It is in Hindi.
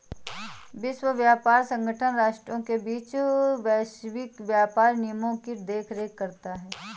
विश्व व्यापार संगठन राष्ट्रों के बीच वैश्विक व्यापार नियमों की देखरेख करता है